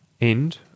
End